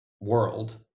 world